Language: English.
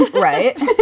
Right